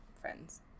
friends